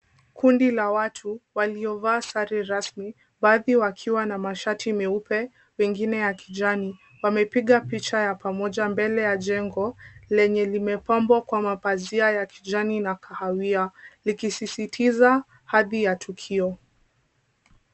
Kundi la watu waliovaa sare rasmi, baadhi wakiwa na mashati meupe, wengine ya kijani, wamepiga picha ya pamoja mbele ya jengo lenye limepambwa kwa mapazia ya kijani na kahawia likisisitiza hadhi ya tukio.